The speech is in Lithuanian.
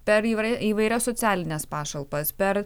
per įvair įvairias socialines pašalpas per